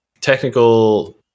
technical